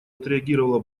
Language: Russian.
отреагировало